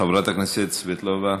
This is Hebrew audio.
חברת הכנסת סבטלובה.